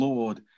Lord